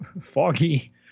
Foggy